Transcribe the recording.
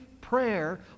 prayer